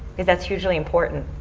because that's hugely important.